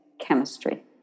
chemistry